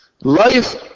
life